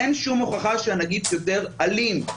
אין שום הוכחה שהנגיף יותר אלים,